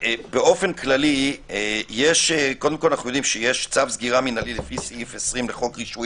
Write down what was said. אנחנו יודעים שיש צו סגירה מינהלי לפי סעיף 20 בחוק רישוי